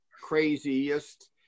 craziest